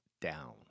down